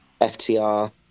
FTR